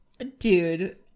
Dude